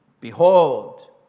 behold